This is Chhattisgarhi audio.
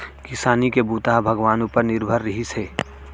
किसानी के बूता ह भगवान उपर निरभर रिहिस हे